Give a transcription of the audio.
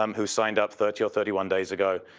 um who signed up thirty or thirty one days ago.